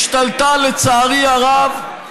השתלטה, לצערי הרב,